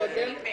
תודה רבה.